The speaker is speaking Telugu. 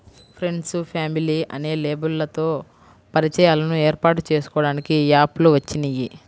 ఫ్రెండ్సు, ఫ్యామిలీ అనే లేబుల్లతో పరిచయాలను ఏర్పాటు చేసుకోడానికి యాప్ లు వచ్చినియ్యి